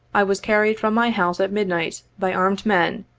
i was carried from my house at midnight, by armed men,